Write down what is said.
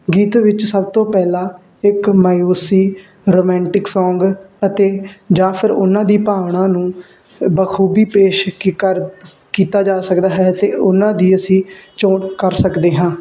ਗੀਤ ਵਿੱਚ ਸਭ ਤੋਂ ਪਹਿਲਾਂ ਇੱਕ ਮਾਜੂਸੀ ਰੋਮੈਟਿਕ ਸੋਂਗ ਅਤੇ ਜਾ ਫਇਰ ਉਹਨਾਂ ਦੀ ਭਾਵਨਾ ਨੂੰ ਬਾਖੂਬੀ ਪੇਸ਼ ਕਰ ਕੀਤਾ ਜਾ ਸਕਦੀ ਹੈ ਅਤੇ ਉਹਨਾਂ ਦੀ ਅਸੀਂ ਚੋਣ ਕਰ ਸਕਦੇ ਹਾਂ